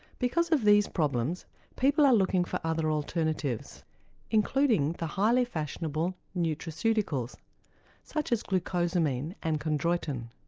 because of these problems people are looking for other alternatives including the highly fashionable nutriceuticals such as glucosamine and chondroitin,